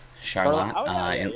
Charlotte